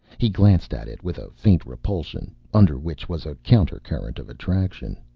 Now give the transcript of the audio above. he glanced at it with a faint repulsion under which was a counter-current of attraction.